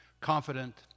confident